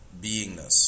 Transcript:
beingness